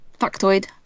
Factoid